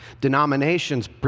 Denominations